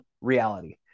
reality